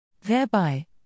Thereby